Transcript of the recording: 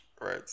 right